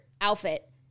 outfit